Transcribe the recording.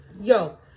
yo